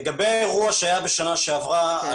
לגבי האירוע שהיה בשנה שעברה.